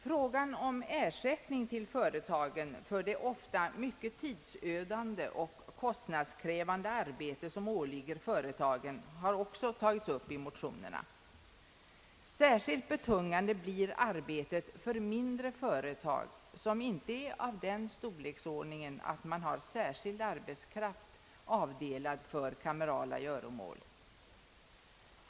Frågan om ersättning till företagen för det ofta mycket tidsödande och kostnadskrävande arbete som åligger dem har också tagits upp i motionerna. Särskilt betungande blir arbetet för mindre företag som inte är av den storleksordningen att de har särskild arbetskraft avdelad för kamerala göromål.